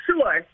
sure